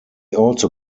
also